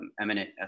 eminent